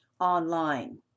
online